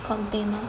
container